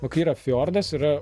o kai yra fiordas yra